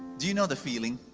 do you know the feeling?